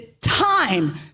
time